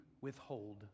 withhold